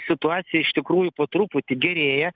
situacija iš tikrųjų po truputį gerėja